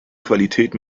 qualität